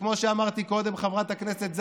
וכמו שאמרתי קודם, חברת הכנסת זנדברג,